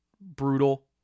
brutal